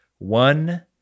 One